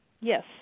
Yes